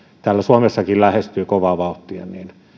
täällä suomessakin lähestyvät kovaa vauhtia